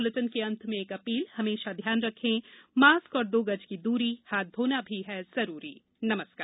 इस बुलेटिन के अंत मे एक अपील हमेशा ध्यान रखे मास्क और दो गज की दूरी हाथ धोना भी है जरूरी नमस्कार